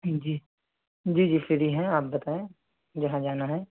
جی جی جی فری ہیں آپ بتائیں جہاں جانا ہے